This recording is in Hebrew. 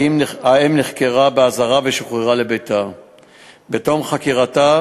האם נחקרה באזהרה ושוחררה לביתה בתום חקירתה,